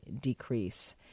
decrease